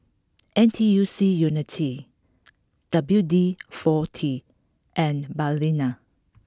N T U C Unity W D Forty and Balina